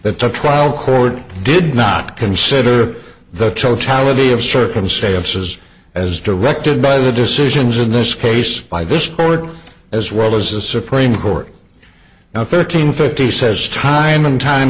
that the trial court did not consider the totality of circumstances as directed by the decisions in this case by this court as well as the supreme court now thirteen fifty says time and time